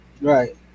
right